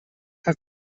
have